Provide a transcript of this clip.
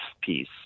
piece